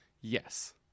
yes